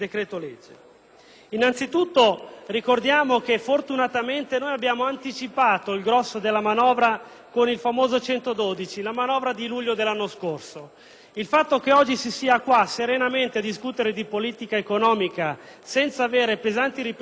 Innanzi tutto, ricordiamo che, fortunatamente, abbiamo anticipato il grosso della manovra con il famoso decreto-legge n. 112, a luglio dello scorso anno. Il fatto che oggi si possa serenamente discutere di politica economica senza avere pesanti ripercussioni